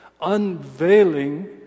unveiling